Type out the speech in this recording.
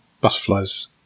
butterflies